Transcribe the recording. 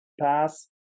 Pass